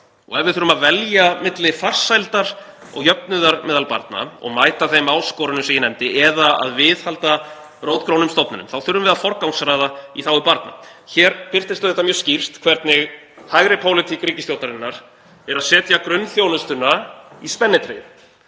og ef við þurfum að velja milli farsældar og jöfnuðar meðal barna, og mæta þeim áskorunum sem ég nefndi, eða að viðhalda rótgrónum stofnunum þá þurfum við að forgangsraða í þágu barna.“ Hér birtist mjög skýrt hvernig hægri pólitík ríkisstjórnarinnar er að setja grunnþjónustuna í spennitreyju.